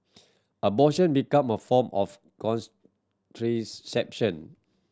abortion become a form of